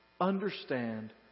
understand